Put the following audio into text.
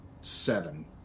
seven